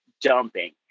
dumping